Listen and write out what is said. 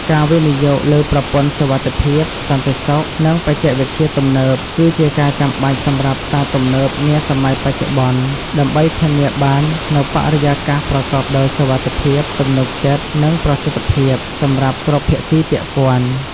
ការវិនិយោគលើប្រព័ន្ធសុវត្ថិភាព សន្តិសុខ និងបច្ចេកវិទ្យាទំនើប គឺជាការចាំបាច់សម្រាប់ផ្សារទំនើបនាសម័យបច្ចុប្បន្ន ដើម្បីធានាបាននូវ បរិយាកាសប្រកបដោយសុវត្ថិភាព ទំនុកចិត្ត និងប្រសិទ្ធភាព សម្រាប់គ្រប់ភាគីពាក់ព័ន្ធ។